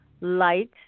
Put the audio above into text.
light